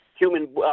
Human